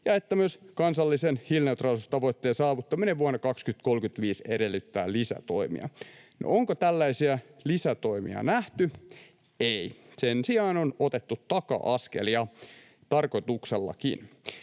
ja että myös kansallisen hiilineutraalisuustavoitteen saavuttaminen vuonna 2035 edellyttää lisätoimia. Onko tällaisia lisätoimia nähty? Ei. Sen sijaan on otettu taka-askelia, tarkoituksellakin.